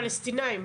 פלסטינים.